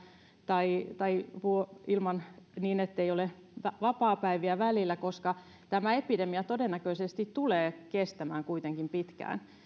tai tai vuoroja ilman että on vapaapäiviä välillä koska tämä epidemia todennäköisesti tulee kestämään kuitenkin pitkään